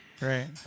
Right